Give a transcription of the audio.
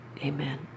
Amen